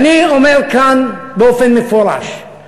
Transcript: ואני אומר כאן באופן מפורש,